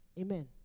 Amen